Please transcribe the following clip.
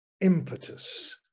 impetus